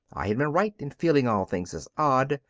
i had been right in feeling all things as odd,